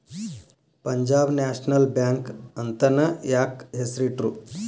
Punjab National Bank ಅಂತನ ಯಾಕ್ ಹೆಸ್ರಿಟ್ರು?